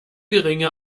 geringe